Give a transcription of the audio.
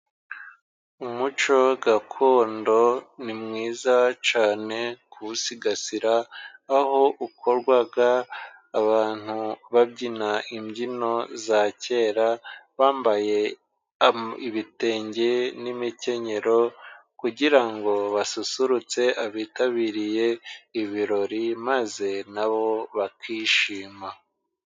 Umuco gakondo ni mwiza cyane kuwusigasira, aho ukorwa abantu babyina imbyino za kera, bambaye ibitenge n'imikenyero, kugira basusururutse abitabiriye ibirori maze na bo bakishima.